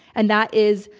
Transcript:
and that is,